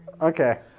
Okay